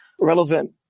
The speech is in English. relevant